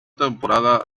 temporada